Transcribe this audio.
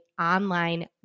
online